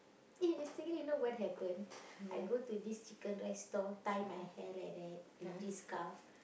eh yesterday you know what happen I go to this chicken-rice stall tie my hair like that with this skarf